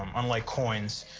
um unlike coins.